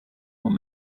what